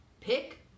Pick